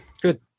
good